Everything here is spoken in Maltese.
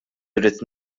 irrid